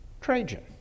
Trajan